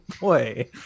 Boy